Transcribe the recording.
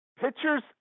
pitchers